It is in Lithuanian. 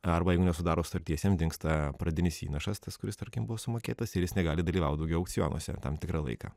arba jeigu nesudaro sutarties jam dingsta pradinis įnašas tas kuris tarkim buvo sumokėtas ir jis negali dalyvauti daugiau aukcionuose tam tikrą laiką